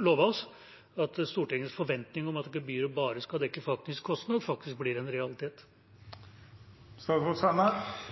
love oss at Stortingets forventning om at gebyret bare skal dekke faktisk kostnad, blir en realitet.